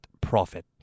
profit